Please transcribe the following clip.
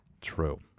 True